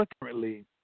currently